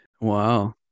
Wow